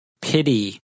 pity